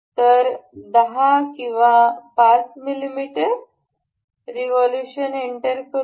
तर 10 किंवा 5 मिमी रिव्होल्यूशन इंटर करूया